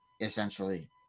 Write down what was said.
essentially